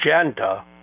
agenda